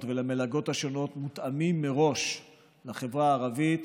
ולמלגות השונות מותאמים מראש לחברה הערבית.